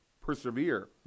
persevere